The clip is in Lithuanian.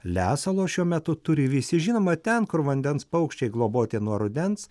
lesalo šiuo metu turi visi žinoma ten kur vandens paukščiai globoti nuo rudens